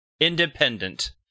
independent